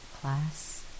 class